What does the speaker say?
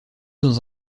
dans